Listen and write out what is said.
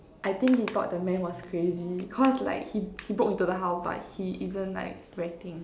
I think he thought the man was crazy cause like he he broke into the house but he isn't like reacting